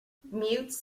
mutes